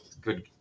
good